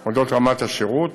על רמת השירות.